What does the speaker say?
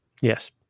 Yes